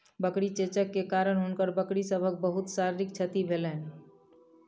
बकरी चेचक के कारण हुनकर बकरी सभक बहुत शारीरिक क्षति भेलैन